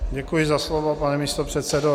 Děkuji za slovo, pane místopředsedo.